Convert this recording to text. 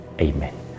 Amen